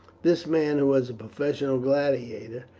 this man, who was a professional gladiator,